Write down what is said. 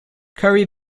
curry